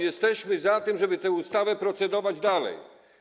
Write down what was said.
Jesteśmy za tym, żeby nad tą ustawą procedować dalej.